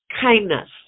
kindness